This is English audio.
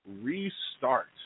restart